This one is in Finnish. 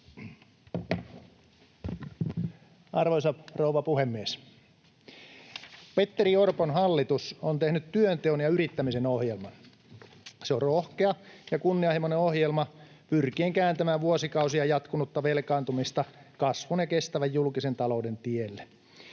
Arvoisa rouva puhemies! Petteri Orpon hallitus on tehnyt työnteon ja yrittämisen ohjelman. Se on rohkea ja kunnianhimoinen ohjelma, joka pyrkii kääntämään vuosikausia jatkunutta velkaantumista kasvun ja kestävän julkisen talouden tielle.